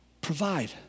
provide